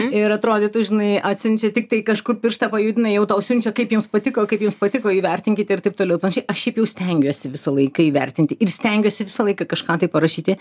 ir atrodytų žinai atsiunčia tiktai kažkur pirštą pajudina jau tau siunčia kaip jums patiko kaip jums patiko įvertinkit ir taip toliau ir panašiai aš šiaip jau stengiuosi visą laiką įvertinti ir stengiuosi visą laiką kažką tai parašyti